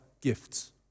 gifts